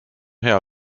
hea